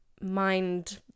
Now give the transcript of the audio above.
mind